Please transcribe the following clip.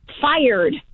fired